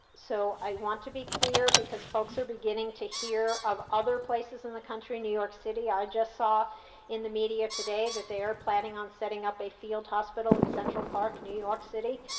so i want to be clear because folks are beginning to hear of other places in the country, new york city, i just saw in the media today that they are planning on setting up a field hospital in central park, new york city.